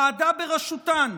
ועדה בראשותן,